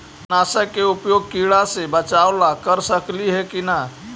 कीटनाशक के उपयोग किड़ा से बचाव ल कर सकली हे की न?